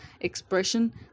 expression